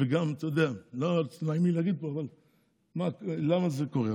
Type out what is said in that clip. וגם, אתה יודע, לא נעים לי להגיד פה למה זה קורה.